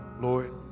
Lord